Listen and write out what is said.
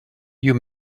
you